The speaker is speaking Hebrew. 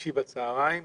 שישי בצוהריים.